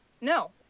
No